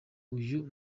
uyu